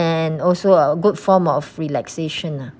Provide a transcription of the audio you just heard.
and also a good form of relaxation ah